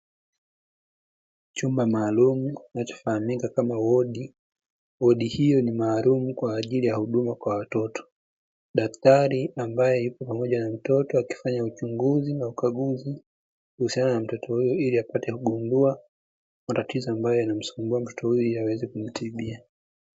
Chumba maalumu kinachofahamika kama wodi. Wodi hiyo ni maalumu kwa ajili ya huduma kwa watoto. Daktari ambaye yupo pamoja na mtoto akifanya uchunguzi na ukaguzi kuhusiana na mtoto huyo ili apate kugundua matatizo ya mtoto huyo ili apate kumtibia.